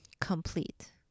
complete